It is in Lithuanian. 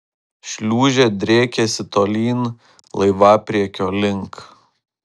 šliūžė driekėsi tolyn laivapriekio link